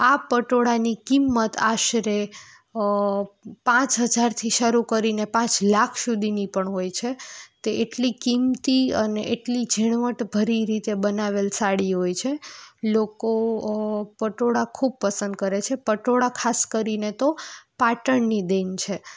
આ પટોળાની કિંમત આશરે પાંચ હજારથી શરૂ કરીને પાંચ લાખ સુધીની પણ હોય છે તે એટલી કિંમતી અને એટલી ઝીણવટ ભરી રીતે બનાવેલ સાડી હોય છે લોકો પટોળા ખૂબ પસંદ કરે છે પટોળા ખાસ કરીને તો પાટણની દેન છે